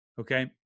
Okay